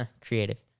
creative